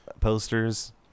posters